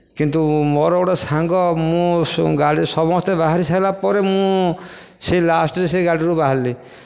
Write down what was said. କିନ୍ତୁ ମୋର ଗୋଟେ ସାଙ୍ଗ ମୁଁ ସମସ୍ତେ ଗାଡ଼ିରେ ବାହାରି ସାରିଲା ପରେ ମୁଁ ସେ ଲାଷ୍ଟ୍ରେ ସେ ଗାଡ଼ିରୁ ବାହାରିଲି